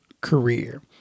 career